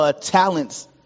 talents